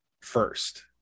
first